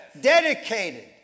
dedicated